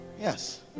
Yes